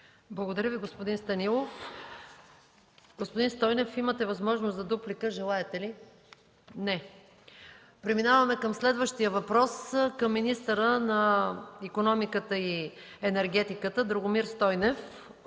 Благодаря Ви, господин Станилов. Господин Стойнев, имате възможност за дуплика. Желаете ли? Не. Преминаваме към следващия въпрос към министъра на икономиката и енергетиката Драгомир Стойнев